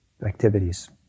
activities